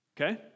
Okay